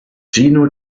gino